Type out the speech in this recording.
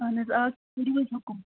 اَہَن حظ آ کٔرِو حظ حُکُم